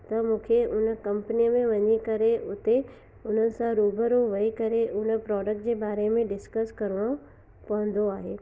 त मूंखे हुन कम्पनी में वञी करे उते हुन सां रूबरू वेई करे हुन प्रॉडक्ट जे बारे में डिस्कस करिणो पवंदो आहे